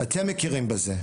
אתם מכירים בזה.